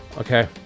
Okay